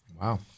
wow